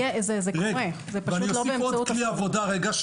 זה קורה, זה